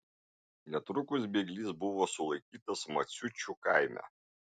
netrukus bėglys buvo sulaikytas maciučių kaime